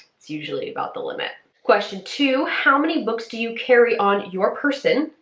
it's usually about the limit. question two how many books do you carry on your person,